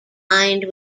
lined